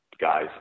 guys